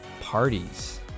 parties